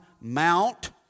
Mount